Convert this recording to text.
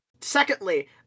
Secondly